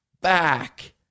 back